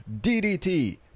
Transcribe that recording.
DDT